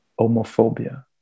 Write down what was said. homophobia